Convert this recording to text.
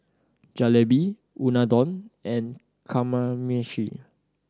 Jalebi Unadon and Kamameshi